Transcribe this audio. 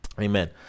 Amen